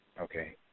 Okay